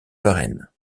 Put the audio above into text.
varenne